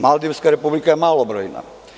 Maldivska republika je malobrojna.